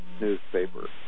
newspaper